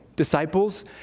disciples